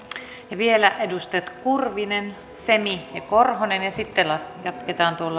ja vielä edustajat kurvinen semi ja korhonen ja sitten jatketaan